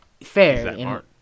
Fair